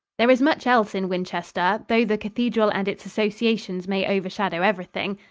there is much else in winchester, though the cathedral and its associations may overshadow everything.